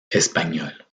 espagnole